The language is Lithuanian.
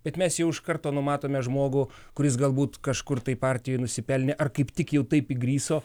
bet mes jau iš karto numatome žmogų kuris galbūt kažkur tai partijoje nusipelnė ar kaip tik jau taip įgriso